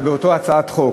באותה הצעת חוק,